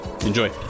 enjoy